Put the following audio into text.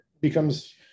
becomes